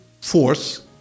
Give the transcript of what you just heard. force